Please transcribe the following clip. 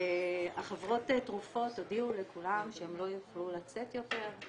שחברות התרופות הודיעו לכולם שהם לא יוכלו לצאת יותר,